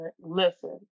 Listen